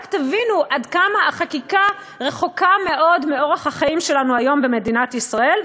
רק תבינו עד כמה החקיקה רחוקה מאוד מאורח החיים שלנו היום במדינת ישראל,